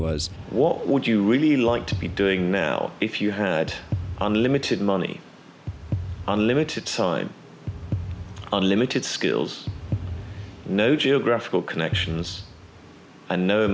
what would you really like to be doing now if you had unlimited money unlimited time and limited skills no geographical connections